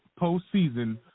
postseason